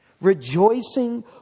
rejoicing